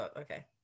okay